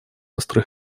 острый